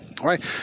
right